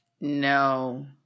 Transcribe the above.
No